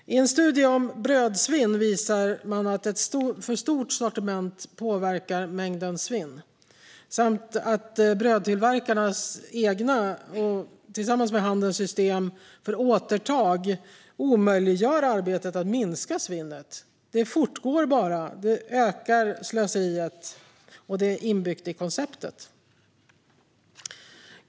En studie om brödsvinn visar att ett för stort sortiment påverkar mängden svinn samt att brödtillverkarnas och handelns egna system för återtag omöjliggör arbetet för att minska svinnet. Det fortgår, och slöseriet ökar; det är inbyggt i konceptet.